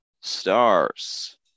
stars